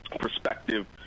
perspective